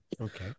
Okay